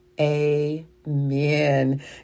amen